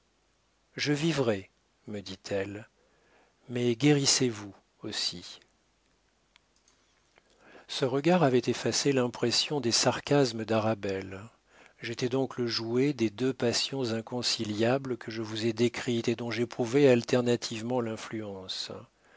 je vivrai me dit-elle mais guérissez vous aussi ce regard avait effacé l'impression des sarcasmes d'arabelle j'étais donc le jouet des deux passions inconciliables que je vous ai décrites et dont j'éprouvais alternativement l'influence